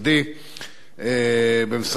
במשרד המדע והטכנולוגיה.